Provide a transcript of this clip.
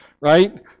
right